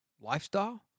lifestyle